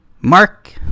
mark